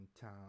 time